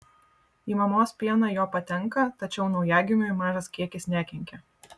į mamos pieną jo patenka tačiau naujagimiui mažas kiekis nekenkia